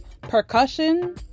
percussion